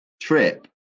trip